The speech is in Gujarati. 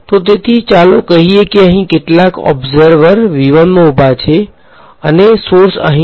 તો તેથી ચાલો કહીએ કે અહીં કેટલાક ઓબ્ઝર્વર માં ઉભા છે અને સોર્સ અહીં હતો